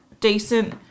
decent